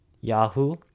Yahoo